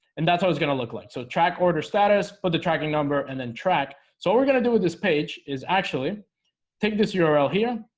and that's how it's gonna look like so track order status put the tracking number and then track so what we're gonna do with this page is actually take this yeah url here